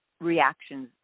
reactions